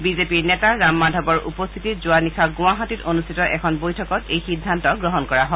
বিজেপিৰ নেতা ৰাম মাধৱৰ উপস্থিতিত যোৱা নিশা গুৱাহাটীত অনুষ্ঠিত এখন বৈঠকত এই সিদ্ধান্ত গ্ৰহণ কৰা হয়